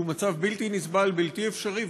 שזה מצב בלתי נסבל ובלתי אפשרי,